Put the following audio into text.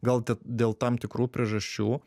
gal te dėl tam tikrų priežasčių